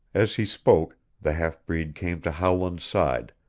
as he spoke the half-breed came to howland's side,